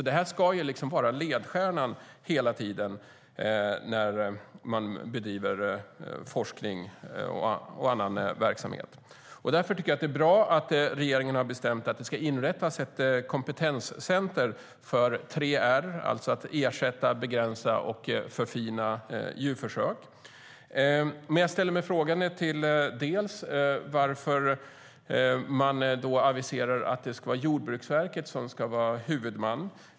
Det här ska vara ledstjärnan hela tiden när man bedriver forskning och annan verksamhet. Därför tycker jag att det är bra att regeringen har bestämt att det ska inrättas ett kompetenscenter för 3R, det vill säga att ersätta, begränsa och förfina djurförsök. Men jag ställer mig frågande till varför man aviserar att Jordbruksverket ska vara huvudman.